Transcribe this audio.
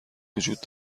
وجود